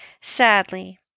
Sadly